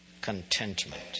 contentment